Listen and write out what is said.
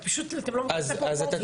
פשוט אתם לא מבינים את הפרופורציה.